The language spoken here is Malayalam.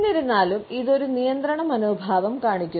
എന്നിരുന്നാലും ഇത് ഒരു നിയന്ത്രണ മനോഭാവം കാണിക്കുന്നു